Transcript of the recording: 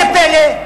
ראה, איזה פלא?